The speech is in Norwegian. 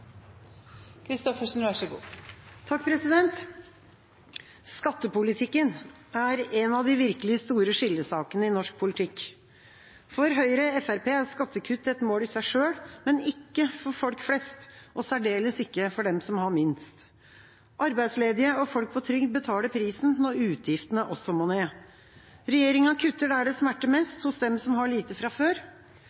skattekutt et mål i seg selv, men ikke for folk flest, og særdeles ikke for dem som har minst. Arbeidsledige og folk på trygd betaler prisen når utgiftene også må ned. Regjeringa kutter der det